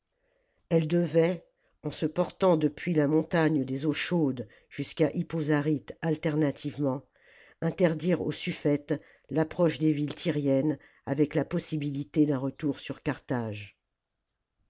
elle devait en se portant depuis la montagne des eaux chaudes jusqu'à hippo zaryte alternativement interdire au suffète l'approche des villes tyriennes avec la possibilité d'un retour sur carthage